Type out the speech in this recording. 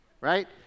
right